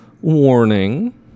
warning